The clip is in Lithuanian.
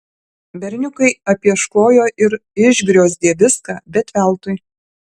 berniukai apieškojo ir išgriozdė viską bet veltui